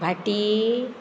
भाटी